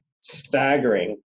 staggering